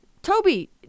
Toby